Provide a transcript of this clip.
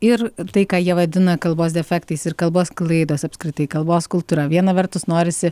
ir tai ką jie vadina kalbos defektais ir kalbos klaidos apskritai kalbos kultūra viena vertus norisi